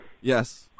Yes